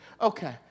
okay